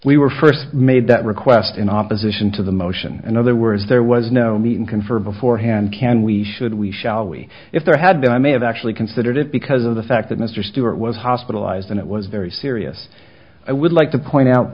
we were first made that request in opposition to the motion in other words there was no meeting confer beforehand can we should we shall we if there had been i may have actually considered it because of the fact that mr stewart was hospitalized and it was very serious i would like to point out